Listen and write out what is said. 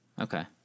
Okay